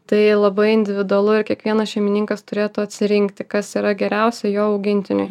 tai labai individualu ir kiekvienas šeimininkas turėtų atsirinkti kas yra geriausia jo augintiniui